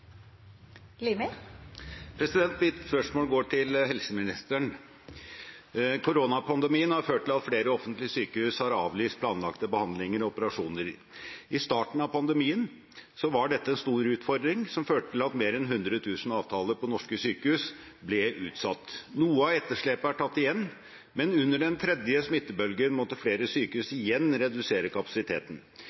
Mitt spørsmål går til helseministeren. Koronapandemien har ført til at flere offentlige sykehus har avlyst planlagte behandlinger og operasjoner. I starten av pandemien var dette en stor utfordring som førte til at mer enn 100 000 avtaler på norske sykehus ble utsatt. Noe av etterslepet er tatt igjen, men under den tredje smittebølgen måtte flere sykehus igjen redusere kapasiteten.